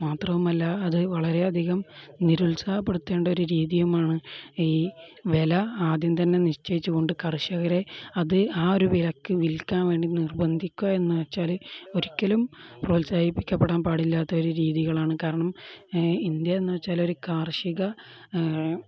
മാത്രവുമല്ല അത് വളരെയധികം നിരുത്സാഹപ്പെടുത്തേണ്ട ഒരു രീതിയുമാണ് ഈ വില ആദ്യം തന്നെ നിശ്ചയിച്ച് കൊണ്ട് കർഷകരെ അത് ആ ഒരു വിലക്ക് വിൽക്കാൻ വേണ്ടി നിർബന്ധിക്കുക എന്ന് വെച്ചാൽ ഒരിക്കലും പ്രോത്സാഹിപ്പിക്കപ്പെടാൻ പാടില്ലാത്ത ഒരു രീതികളാണ് കാരണം ഇന്ത്യ എന്ന് വെച്ചാൽ ഒരു കാർഷിക